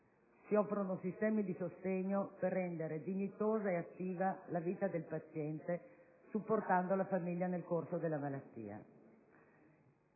offrire sistemi di sostegno per rendere dignitosa e attiva la vita del paziente, supportando la famiglia nel corso della malattia.